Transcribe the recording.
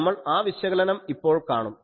നമ്മൾ ആ വിശകലനം ഇപ്പോൾ കാണും